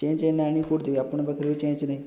change ଆଣି କେଉଁଠୁ ଦେବି ଆପଣଙ୍କ ପାଖରେ ବି ଚେଞ୍ଜ ନାହିଁ